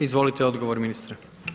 Izvolite odgovor ministre.